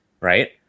right